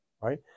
right